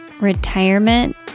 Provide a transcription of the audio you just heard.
retirement